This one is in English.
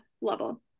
level